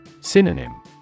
Synonym